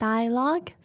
Dialogue